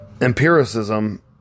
empiricism